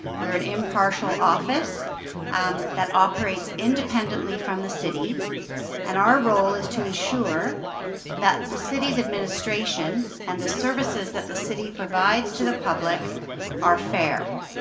we're an impartial office um that operates independently from the city and our role is to ensure that the city's administration and the services that the city provides to the public are fair.